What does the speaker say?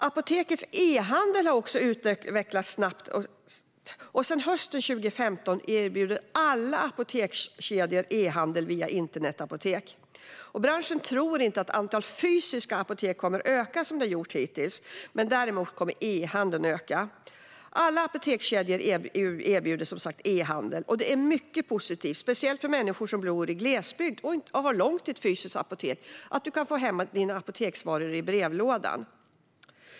Apotekens e-handel har också utvecklats snabbt, och sedan hösten 2015 erbjuder alla apotekskedjor e-handel via internetapotek. Branschen tror inte att antalet fysiska apotek kommer att öka som de har gjort hittills men däremot att e-handeln kommer att öka. Alla apotekskedjor erbjuder som sagt e-handel, och det är mycket positivt att du kan få hem dina apoteksvaror i brevlådan - speciellt för människor som bor i glesbygd och har långt till ett fysiskt apotek.